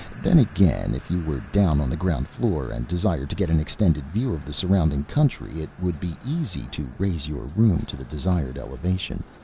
then again, if you were down on the ground-floor, and desired to get an extended view of the surrounding country, it would be easy to raise your room to the desired elevation.